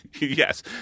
Yes